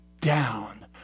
down